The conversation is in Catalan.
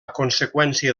conseqüència